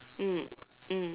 mm mm